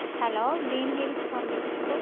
hello green hills public school